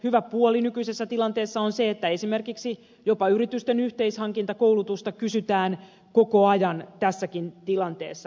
hyvä puoli nykyisessä tilanteessa on se että esimerkiksi jopa yritysten yhteishankintakoulutusta kysytään koko ajan tässäkin tilanteessa